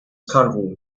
country